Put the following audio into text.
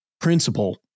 principle